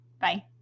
Bye